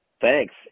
Thanks